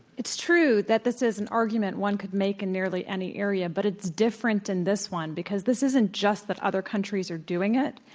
it's true that this is an argument one could make in nearly any area, but it's different in this one because this isn't just that other countries are doing it.